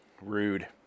Rude